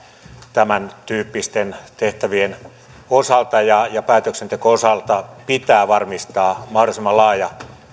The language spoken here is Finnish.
tämäntyyppisten tehtävien ja ja päätöksenteon osalta pitää varmistaa mahdollisimman laaja